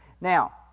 Now